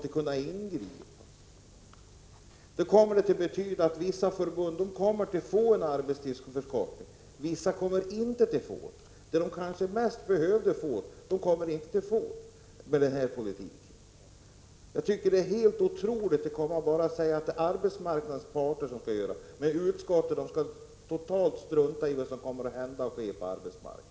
Det skulle i så fall betyda att man i vissa förbund kommer att få en arbetstidsförkortning och att man i andra förbund inte kommer att få en sådan. Med den politiken kommer de som bäst behövde den kanske inte att få den. Jag tycker att det är helt obegripligt att utskottsmajoriteten menar att detta skall klaras av arbetsmarknadens parter och att den totalt struntar i vad som då kommer att hända på arbetsmarknaden.